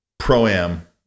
Pro-Am